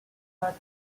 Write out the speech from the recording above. are